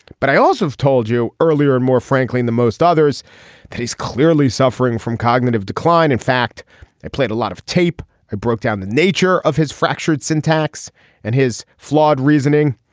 but i also told you earlier and more frankly and the most others that he's clearly suffering from cognitive decline in fact i played a lot of tape. i broke down the nature of his fractured syntax and his flawed reasoning